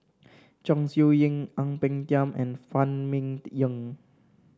Chong Siew Ying Ang Peng Tiam and Phan Ming Yen